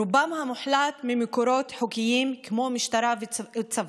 רובם המוחלט ממקורות חוקיים, כמו משטרה וצבא.